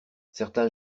certain